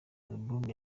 album